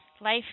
Life